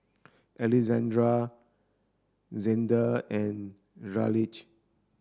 Alexzander Zander and Raleigh